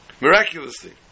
Miraculously